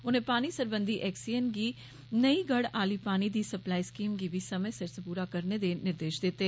उनें पानी सरबंधी एक्सईएन गी नेई गढ़ आह्ली पानी दी सप्लाई स्कीम गी बी समय सिर सबूरा करने दे निर्देश दित्ते